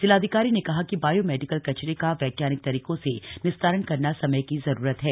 जिलाधिकारी ने कहा कि बायो मेडिकल कचरे का वैज्ञानिक तरीकों से निस्तारण करना समय की जरूरत है